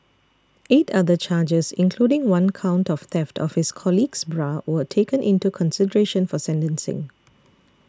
eight other charges including one count of theft of his colleague's bra were taken into consideration for sentencing